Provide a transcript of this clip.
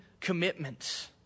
commitments